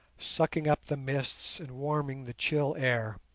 sucking up the mists and warming the chill air.